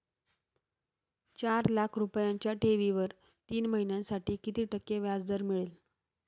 चार लाख रुपयांच्या ठेवीवर तीन महिन्यांसाठी किती टक्के व्याजदर मिळेल?